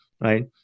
right